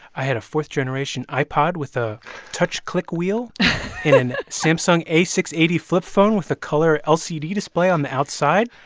i had a fourth-generation ipod with a touch click wheel. and an samsung a six eight zero flip phone with a color lcd display on the outside.